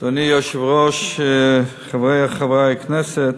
היושב-ראש, חברי חברי הכנסת,